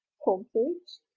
homepage,